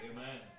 Amen